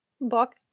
book